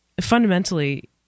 fundamentally